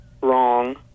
wrong